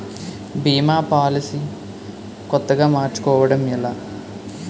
భీమా policy కొత్తగా మార్చుకోవడం ఎలా?